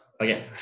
Again